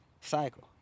cycle